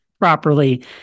properly